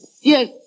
Yes